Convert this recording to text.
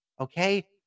Okay